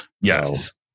yes